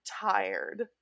tired